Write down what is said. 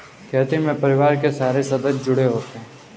खेती में परिवार के सारे सदस्य जुड़े होते है